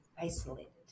isolated